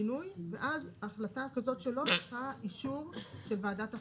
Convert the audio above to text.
ואז החלטה כזאת שלו צריכה אישור של ועדת החריגים.